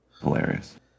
Hilarious